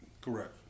Correct